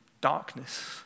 darkness